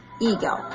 ego